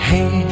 Hey